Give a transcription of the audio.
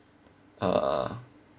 uh